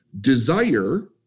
Desire